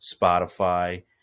Spotify